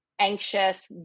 anxious